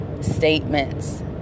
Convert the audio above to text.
statements